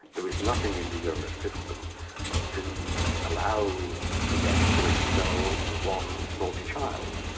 there is nothing in the euro system to allow the rest to expel one naughty child.